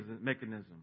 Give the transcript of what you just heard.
mechanism